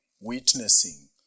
witnessing